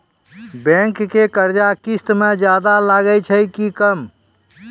Bank के कर्जा किस्त मे ज्यादा लागै छै कि कम?